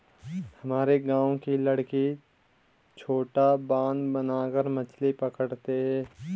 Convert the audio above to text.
हमारे गांव के लड़के छोटा बांध बनाकर मछली पकड़ते हैं